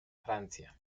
francia